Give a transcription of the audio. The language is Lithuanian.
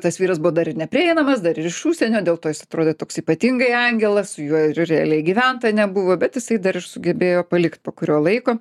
tas vyras buvo dar neprieinamas dar ir iš užsienio dėl to jis atrodė toks ypatingai angelas su juo ir realiai gyventa nebuvo bet jisai dar ir sugebėjo palikt po kurio laiko